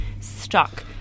stuck